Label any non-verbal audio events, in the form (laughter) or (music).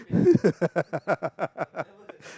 (laughs)